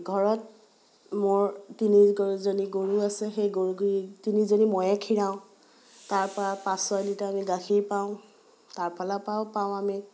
ঘৰত মোৰ তিনিজনী গৰু আছে সেই গৰু তিনিজনী ময়েই খীৰাওঁ তাৰপৰা পাঁচ ছয় লিটাৰ আমি গাখীৰ পাওঁ তাৰফালৰ পৰাও পাওঁ আমি